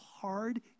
hard